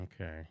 Okay